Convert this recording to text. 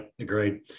agreed